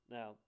Now